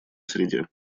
среде